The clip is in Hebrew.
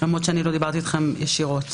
למרות שלא דיברתי איתכם ישירות.